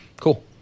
cool